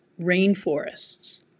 rainforests